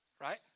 right